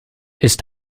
ist